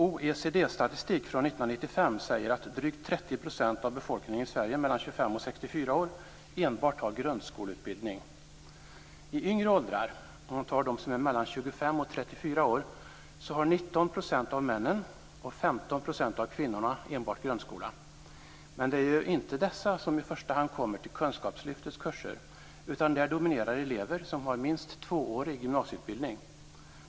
OECD-statistik från 1995 säger att drygt 30 % av befolkningen i Sverige mellan 25 och 64 år enbart har grundskoleutbildning. I yngre åldrar, vad gäller personer mellan 25 och 34 år, har 19 % av männen och 15 % av kvinnorna enbart grundskola. Men det är inte dessa som i första hand kommer till kunskapslyftets kurser, utan där dominerar elever som har minst tvåårig gymnasieutbildning.